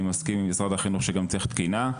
אני מסכים עם משרד החינוך שגם צריך תקינה,